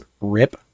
rip